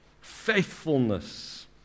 Faithfulness